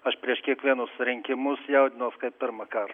aš prieš kiekvienus rinkimus jaudinaus kad pirmąkart